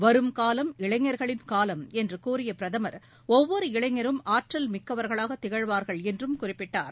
வரும் காலம் இளைஞர்களின் காலம் என்று கூறிய பிரதமர் ஒவ்வொரு இளைஞரும் ஆற்றல் மிக்கவர்களாக திகழ்வார்கள் என்றும் குறிப்பிட்டார்